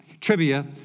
Trivia